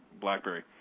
BlackBerry